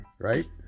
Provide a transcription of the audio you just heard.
right